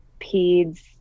PEDS